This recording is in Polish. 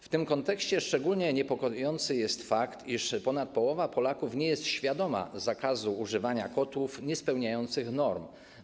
W tym kontekście szczególnie niepokojący jest fakt, iż ponad połowa Polaków nie jest świadoma zakazu używania kotłów niespełniających norm.